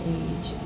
age